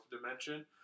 dimension